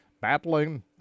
battling